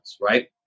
right